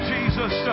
Jesus